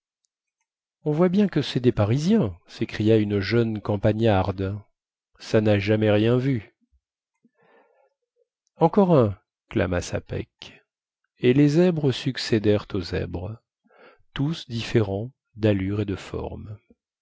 on voit bien que cest des parisiens sécria une jeune campagnarde ça na jamais rien vu encore un clama sapeck et les zèbres succédèrent aux zèbres tous différents dallure et de forme